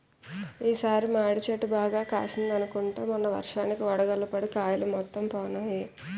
ఈ సారి మాడి చెట్టు బాగా కాసిందనుకుంటే మొన్న వర్షానికి వడగళ్ళు పడి కాయలు మొత్తం పోనాయి